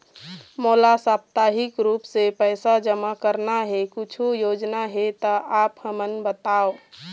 मोला साप्ताहिक रूप से पैसा जमा करना हे, कुछू योजना हे त आप हमन बताव?